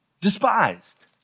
Despised